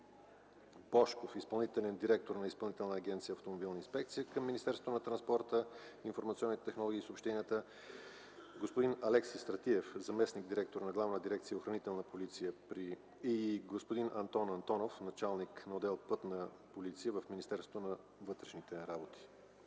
Божков – изпълнителен директор на Изпълнителна агенция „Автомобилна инспекция” към Министерството на транспорта, информационните технологии и съобщенията, господин Алекси Стратиев - заместник-директор на Главна дирекция „Охранителна полиция”, и господин Антон Антонов – началник на отдел „Пътна полиция” в Министерството на вътрешните работи.